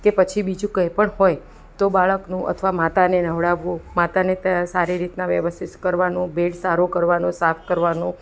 કે પછી બીજું કંઈ પણ હોય તો બાળકનું અથવા માતાને નવડાવવું માતાને તૈયાર સારી રીતના વ્યવસ્થિત કરવાનું બેડ સારો કરવાનો સાફ કરવાનો